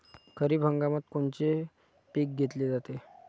खरिप हंगामात कोनचे पिकं घेतले जाते?